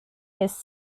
his